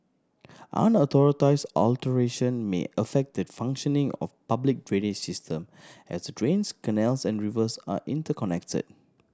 unauthorised alteration may affect the functioning of public drainage system as the drains canals and rivers are interconnected